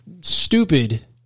stupid